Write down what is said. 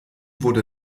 wurde